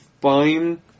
fine